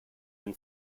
been